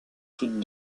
toutes